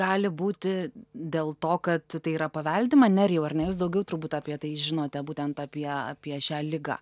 gali būti dėl to kad tai yra paveldima nerijau ar ne jūs daugiau turbūt apie tai žinote būtent apie apie šią ligą